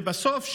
ובסוף,